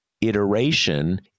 iteration